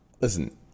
listen